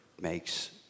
makes